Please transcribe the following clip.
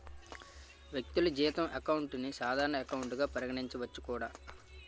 వ్యక్తులు జీతం అకౌంట్ ని సాధారణ ఎకౌంట్ గా పరిగణించవచ్చు కూడా